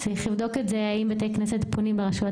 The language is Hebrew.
צריך לבדוק האם בתי כנסת פונים לרשויות